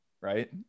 right